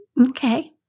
Okay